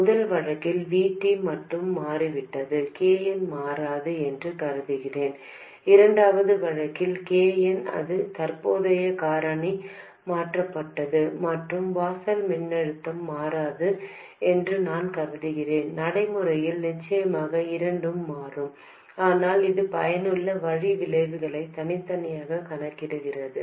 முதல் வழக்கில் V T மட்டும் மாறிவிட்டது Kn மாறாது என்று கருதுகிறேன் இரண்டாவது வழக்கில் K n ஆனது தற்போதைய காரணி மாற்றப்பட்டது மற்றும் வாசல் மின்னழுத்தம் மாறாது என்று நான் கருதுகிறேன் நடைமுறைகளில் நிச்சயமாக இரண்டும் மாறும் ஆனால் இது பயனுள்ள வழி விளைவுகளை தனித்தனியாக கணக்கிடுகிறது